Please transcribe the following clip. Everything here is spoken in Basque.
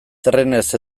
trenez